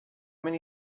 many